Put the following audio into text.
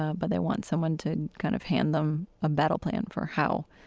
ah but they want someone to kind of hand them a battle plan for how